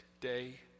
day